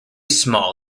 small